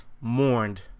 mourned